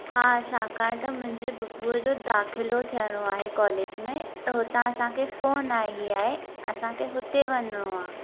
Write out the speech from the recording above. हा छाकाणि त मुंहिंजे बुबुअ जो दाखिलो थियणो आहे कॉलेज मे त हुतां असांखे फोन आई आहे असांखे हुते वञिणो आहे